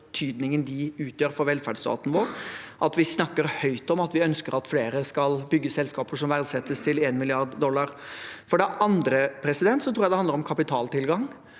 be tydningen de utgjør for velferdsstaten vår, at vi snakker høyt om at vi ønsker at flere skal bygge selskaper som verdsettes til 1 mrd. dollar. For det andre tror jeg det handler om kapitaltilgang.